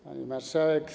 Pani Marszałek!